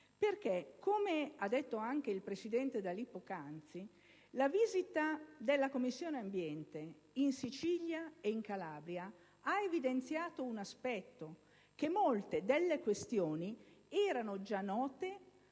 Come ha detto anche il presidente D'Alì poc'anzi, la visita della Commissione ambiente in Sicilia e in Calabria ha evidenziato un aspetto: molte delle questioni erano già note